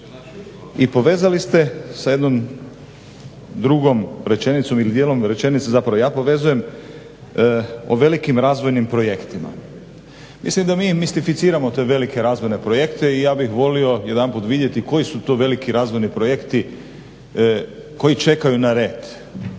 i povezali ste sa jednom drugom rečenicom ili dijelom rečenice zapravo ja povezujem o velikim razvojnim projektima. Mislim da mi mistificiramo te velike razvojne projekte i ja bih volio jedanput vidjeti koji su to veliki razvojni projekti koji čekaju na red.